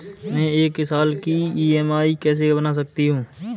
मैं एक साल की ई.एम.आई कैसे बना सकती हूँ?